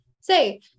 say